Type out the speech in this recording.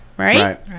Right